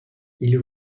ils